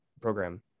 program